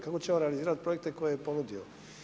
Kako će on realizirati projekte koje je ponudio?